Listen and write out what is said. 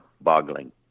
boggling